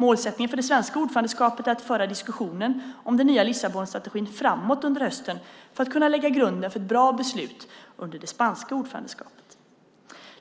Målsättningen för det svenska ordförandeskapet är att föra diskussionen om den nya Lissabonstrategin framåt under hösten för att kunna lägga grunden för ett bra beslut under det spanska ordförandeskapet.